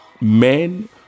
men